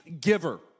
giver